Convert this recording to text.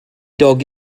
dog